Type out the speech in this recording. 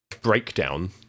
breakdown